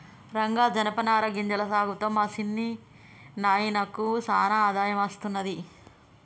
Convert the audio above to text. రంగా జనపనార గింజల సాగుతో మా సిన్న నాయినకు సానా ఆదాయం అస్తున్నది